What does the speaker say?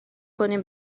کنیم